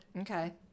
Okay